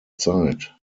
zeit